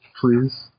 please